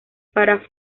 para